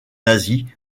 asie